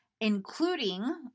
including